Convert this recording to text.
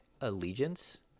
Allegiance